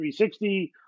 360